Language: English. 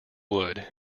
wood